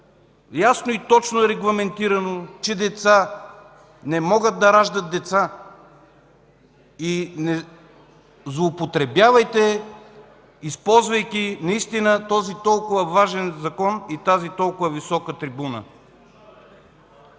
ясно и точно е регламентирано, че деца не могат да раждат деца. Не злоупотребявайте, използвайки наистина този толкова важен закон и тази толкова висока трибуна.